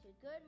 Good